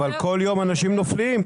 כל יום אנשים נופלים,